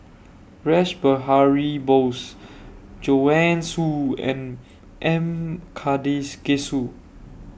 Rash Behari Bose Joanne Soo and M Karthigesu